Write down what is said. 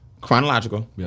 chronological